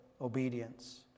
obedience